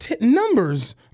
numbers